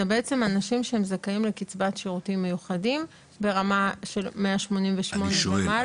זה בעצם אנשים שהם זכאים לקצבת שירותים מיוחדים ברמה של 188 ומעלה.